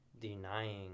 denying